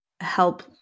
help